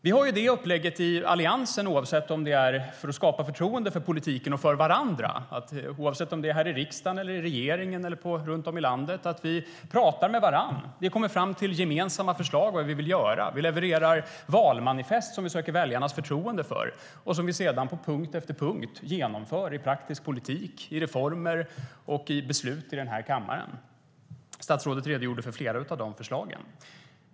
Vi har det upplägget i Alliansen, oavsett om det är för att skapa förtroende för politiken eller för varandra och oavsett om det är här i riksdagen, i regeringen eller runt om i landet, att vi pratar med varandra. Vi kommer fram till gemensamma förslag om vad vi vill göra. Vi levererar valmanifest som vi söker väljarnas förtroende för och som vi sedan på punkt efter punkt genomför i praktisk politik, i reformer och i beslut i den här kammaren. Statsrådet redogjorde för flera av de förslagen.